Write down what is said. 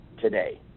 today